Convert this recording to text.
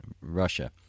Russia